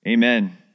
Amen